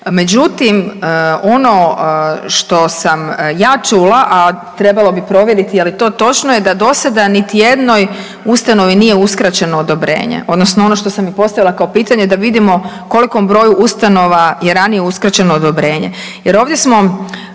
Međutim, ono što sam ja čula a trebalo bi provjeriti je li to točno je da do sada niti jednoj ustanovi nije uskraćeno odobrenje odnosno ono što sam i postavila kao pitanje da vidimo kolikom broju ustanova je ranije uskraćeno odobrenje.